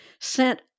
sent